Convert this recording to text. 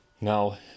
Now